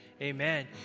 Amen